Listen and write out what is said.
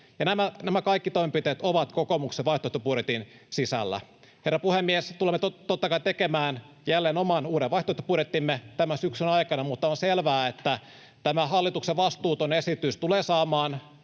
nämä kaikki toimenpiteet ovat kokoomuksen vaihtoehtobudjetin sisällä. Herra puhemies! Me tulemme totta kai tekemään jälleen oman uuden vaihtoehtobudjettimme tämän syksyn aikana, mutta on selvää, että tämän hallituksen vastuuton esitys tulee saamaan